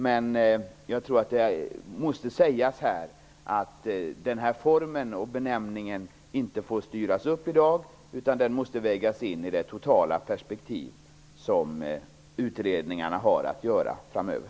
Men jag tror att det måste sägas här att formen och benämningen inte får styras upp i dag. Den frågan måste vägas in i det totala perspektivet, vilket utredningarna har att göra framöver.